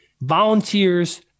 volunteers